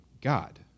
God